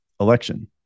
election